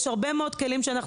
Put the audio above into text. אנחנו נתונים הרבה כלים מרתיעים.